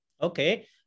Okay